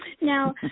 Now